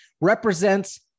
represents